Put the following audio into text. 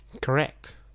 Correct